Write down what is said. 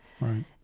Right